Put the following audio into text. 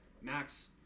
Max